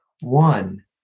One